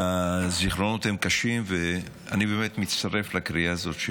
הזיכרונות הם קשים, ואני באמת מצטרף לקריאה הזאת.